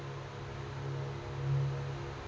Bank passbook ಹೆಂಗ್ ಮಾಡ್ಸೋದು?